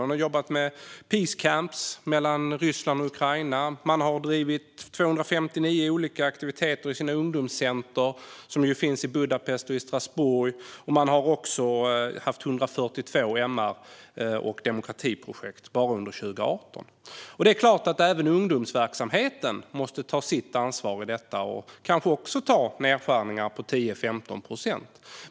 Man har jobbat med peace camps med Ryssland och Ukraina, man har drivit 259 olika aktiviteter i ungdomscenter som finns i Budapest och Strasbourg och man har haft 142 MR och demokratiprojekt bara under 2018. Det är klart att även ungdomsverksamheten måste ta sitt ansvar i detta och kanske också ta nedskärningar på 10-15 procent.